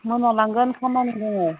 मोना लांगोन खामानि दङ